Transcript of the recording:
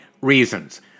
reasons